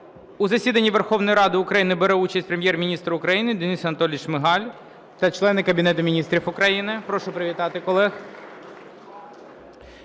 У засіданні Верховної Ради України бере участь Прем'єр-міністр України Денис Анатолійович Шмигаль та члени Кабінету Міністрів України. Прошу привітати колег.